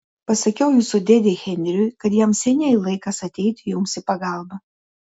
pasakiau jūsų dėdei henriui kad jam seniai laikas ateiti jums į pagalbą